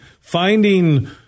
Finding